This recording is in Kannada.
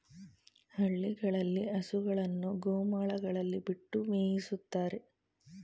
ಹಳ್ಳಿಗಳಲ್ಲಿ ಹಸುಗಳನ್ನು ಗೋಮಾಳಗಳಲ್ಲಿ ಬಿಟ್ಟು ಮೇಯಿಸುತ್ತಾರೆ